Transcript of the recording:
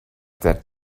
that